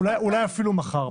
אולי אפילו מחר.